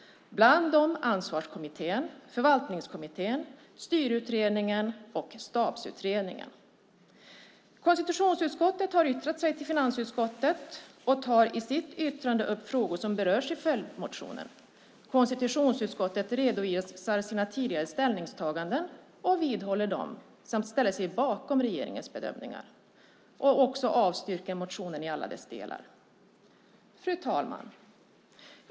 Bland dem finns Ansvarskommittén, Förvaltningskommittén, Styrutredningen och Stabsutredningen. Konstitutionsutskottet har yttrat sig till finansutskottet och tar i sitt yttrande upp frågor som berörs i följdmotionen. Konstitutionsutskottet redovisar sina tidigare ställningstaganden och vidhåller dem samt ställer sig bakom regeringens bedömningar. Utskottet avstyrker motionen i alla dess delar. Fru talman!